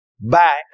back